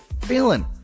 feeling